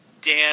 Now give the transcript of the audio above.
Dan